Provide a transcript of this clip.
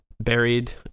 buried